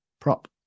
prop